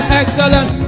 excellent